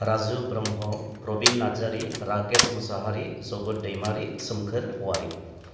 Raju Brahma Prabin Narzary Rakesh Mosahary Jagat Daimary Somkhor Wary